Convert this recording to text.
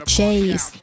Chase